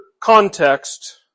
context